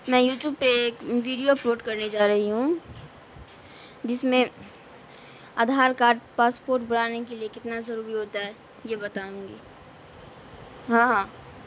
میں YouTube پہ ایک ویڈیو اپلوڈ کرنے چاہ رہی ہوں جس میں آدھار کارڈ پاسپورٹ بڑھانے کے لیے کتنا ضروری ہوتا ہے یہ بتاؤں گی ہاں ہاں